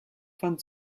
von